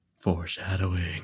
foreshadowing